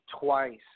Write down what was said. twice